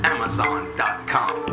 Amazon.com